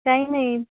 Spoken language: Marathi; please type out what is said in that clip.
काही नाही